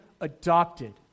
adopted